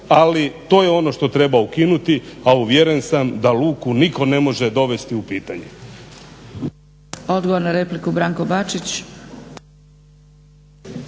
ali to je ono što treba ukinuti, a uvjeren sam da luku nitko ne može dovesti u pitanje.